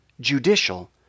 judicial